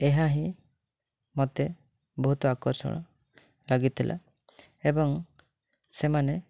ଏହାହିଁ ମୋତେ ବହୁତ ଆକର୍ଷଣ ଲାଗିଥିଲା ଏବଂ ସେମାନେ